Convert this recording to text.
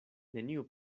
neniu